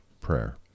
prayer